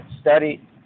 study